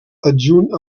adjunt